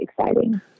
exciting